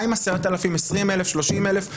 מה עם 10,000, 20,000, 30,000?